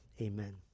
amen